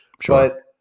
Sure